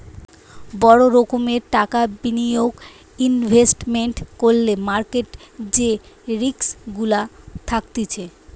বড় রোকোমের টাকা বিনিয়োগ ইনভেস্টমেন্ট করলে মার্কেট যে রিস্ক গুলা থাকতিছে